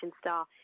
star